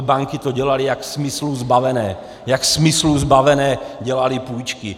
Banky to dělaly jako smyslů zbavené, jako smyslů zbavené dělaly půjčky.